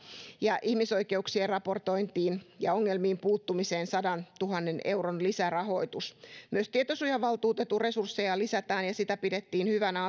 ja ihmisoikeuksien raportointiin ja ongelmiin puuttumiseen sadantuhannen euron lisärahoitus myös tietosuojavaltuutetun resursseja lisätään sitä pidettiin hyvänä